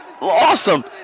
Awesome